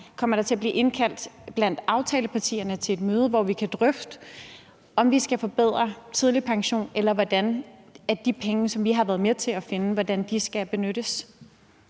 Kommer der til blandt aftalepartierne at blive indkaldt til et møde, hvor vi kan drøfte, om vi skal forbedre tidlig pension, eller hvordan de penge, som vi har været med til at finde, skal benyttes?